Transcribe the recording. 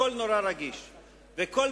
הכול